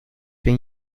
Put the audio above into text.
been